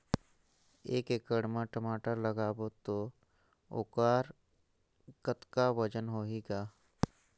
एक एकड़ म टमाटर लगाबो तो ओकर कतका वजन होही ग?